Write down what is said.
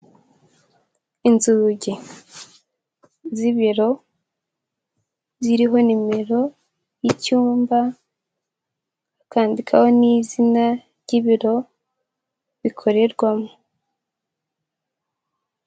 Inzugi z'ibiro ziriho nimero y'i icyumba, akandikaho n'izina ry'ibiro bikorerwamo.